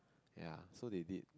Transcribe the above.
ya so they did